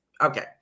Okay